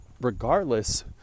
regardless